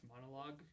monologue